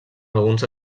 alguns